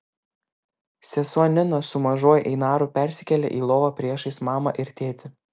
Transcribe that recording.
sesuo nina su mažuoju einaru persikėlė į lovą priešais mamą ir tėtį